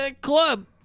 club